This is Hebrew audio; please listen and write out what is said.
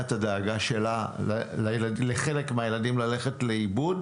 את הדאגה שלה לחלק מהילדים ללכת לאיבוד